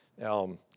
Now